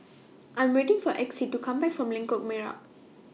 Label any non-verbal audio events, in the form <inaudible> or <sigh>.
<noise> I Am waiting For Exie to Come Back from Lengkok Merak